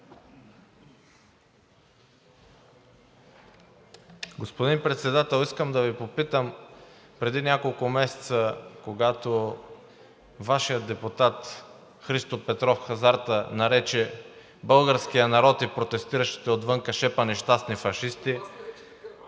Господин Председател, искам да Ви попитам: преди няколко месеца, когато Вашият депутат Христо Петров – Хазарта нарече българския народ и протестиращите отвън шепа нещастни фашисти